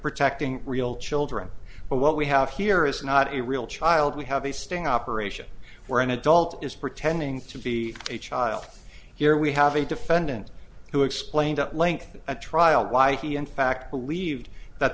protecting real children but what we have here is not a real child we have a sting operation where an adult is pretending to be a child here we have a defendant who explained at length at trial why he in fact believed that